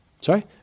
Sorry